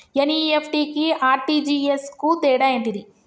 NEFT కి RTGS కు తేడా ఏంటిది?